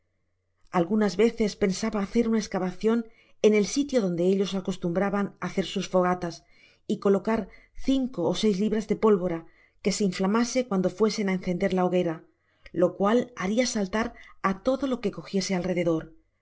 algunas veces pensaba hacer una escávacion en el sitio donde ellos acostumbraban hacer sus fogatas y colocar cinco ó seis libras de pólvora que se inflamase cuando fiíéserí á encender ja hoguera lo cual baria saltar á todo lo que cogiese alrededor mas